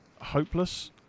hopeless